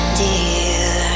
dear